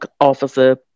officer